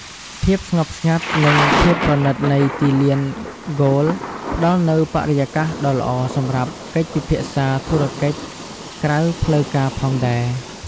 ភាពស្ងប់ស្ងាត់ និងភាពប្រណីតនៃទីលានហ្គោល ផ្ដល់នូវបរិយាកាសដ៏ល្អសម្រាប់កិច្ចពិភាក្សាធុរកិច្ចក្រៅផ្លូវការផងដែរ។